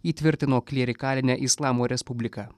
įtvirtino klierikalinę islamo respubliką